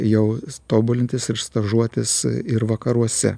jau tobulintis ir stažuotis ir vakaruose